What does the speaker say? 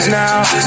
now